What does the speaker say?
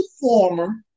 former